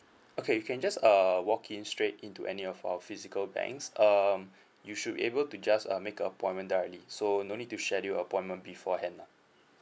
okay you can just err walk in straight into any of our physical banks um you should be able to just uh make a appointment directly so no need to schedule appointment beforehand lah